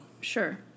Sure